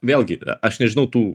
vėlgi aš nežinau tų